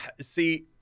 See